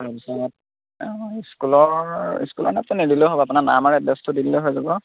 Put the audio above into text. তাৰপিছত স্কুলৰ স্কুলৰ এড্ৰেছটো নিদিলেও হ'ব আপোনাৰ নাম আৰু এড্ৰেছটো দিলে হৈ যাব